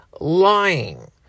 lying